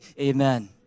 Amen